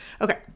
Okay